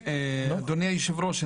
אדוני יושב הראש,